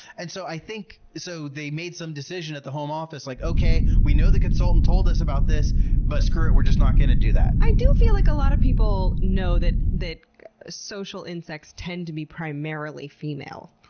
and so i think so they made some decision at the home office, like, okay, we know the consultant told us about this but screw it, we're just not going to do that. i do feel like a lot of people know that that social insects tend to be primarily female.